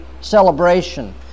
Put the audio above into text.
Celebration